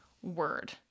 word